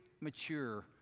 mature